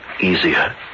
easier